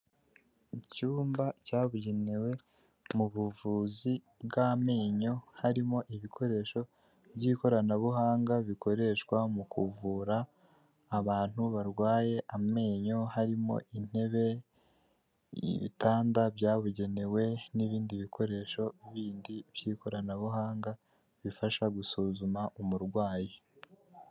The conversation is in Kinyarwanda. Icyumba cyabugenewe mu buvuzi bw'amenyo harimo ibikoresho by'ikoranabuhanga bikoreshwa mu kuvura abantu barwaye amenyo, harimo intebe ibitanda byabugenewe n'ibindi bikoresho bindi by'ikoranabuhanga bifasha gusuzuma umurwayi.